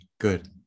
good